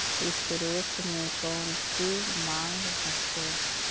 Insurance मे कौची माँग हको?